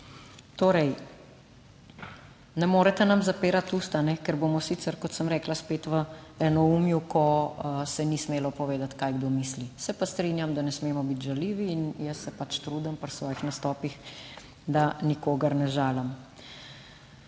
Torej, ne morete nam zapirati ust, ker bomo sicer, kot sem rekla, spet v enoumju, ko se ni smelo povedati, kaj kdo misli. Se pa strinjam, da ne smemo biti žaljivi. In jaz se pač trudim pri svojih nastopih, da nikogar ne žalim.